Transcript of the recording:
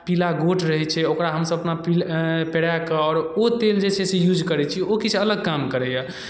पीला गोट रहै छै ओकरा हमसभ अपना पे पेरा कऽ आओरो ओ तेल जे छै से यूज करै छी ओ किछु अलग काम करैए